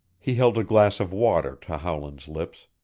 he held a glass of water to howland's lips.